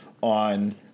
on